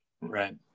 right